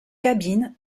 cabines